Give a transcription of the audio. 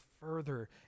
further